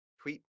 tweet